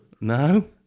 No